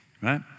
Right